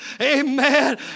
Amen